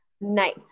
nice